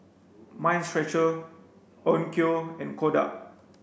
Mind Stretcher Onkyo and Kodak